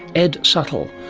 ed suttle,